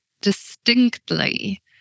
distinctly